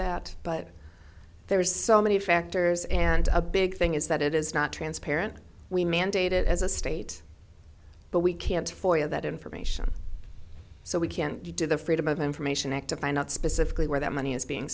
that but there's so many factors and a big thing is that it is not transparent we mandate it as a state but we can't have that information so we can't get to the freedom of information act to find out specifically where that money is being